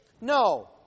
No